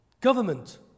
government